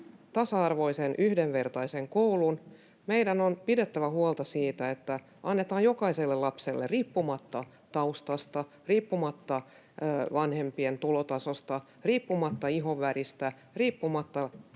tasa-arvoisen, yhdenvertaisen koulun. Meidän on pidettävä huolta siitä, että annetaan jokaiselle lapselle — riippumatta taustasta, riippumatta vanhempien tulotasosta, riippumatta ihonväristä, riippumatta alkuperästä